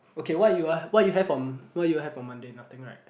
okay what you are what you have on what you have on monday nothing right